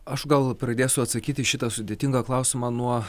aš gal pradėsiu atsakyt į šitą sudėtingą klausimą nuo